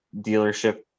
dealership